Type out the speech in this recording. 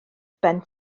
ben